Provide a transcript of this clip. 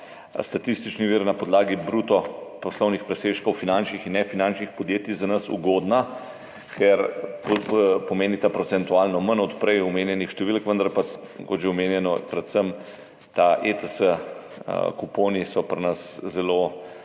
statistični vir na podlagi bruto poslovnih presežkov finančnih in nefinančnih podjetij, za nas ugodna, ker pomenita procentualno manj od prej omenjenih številk, vendar pa, kot že omenjeno, predvsem ti kuponi ETS so pri nas zelo,